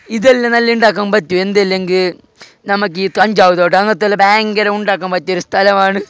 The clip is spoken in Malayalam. ഇതെല്ലാം നല്ലയുണ്ടാക്കാന് പറ്റും എന്തല്ലെങ്കിൽ നമ്മക്കീ കഞ്ചാവ് തോട്ടം അങ്ങിനെത്തെയെല്ലാം ഭയങ്കര ഉണ്ടാക്കാന് പറ്റിയൊരു സ്ഥലമാണ്